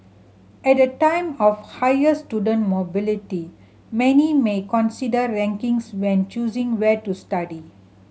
at a time of higher student mobility many may consider rankings when choosing where to study